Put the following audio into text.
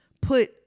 put